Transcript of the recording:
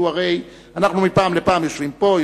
כי הרי אנחנו מפעם לפעם יושבים פה,